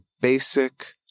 basic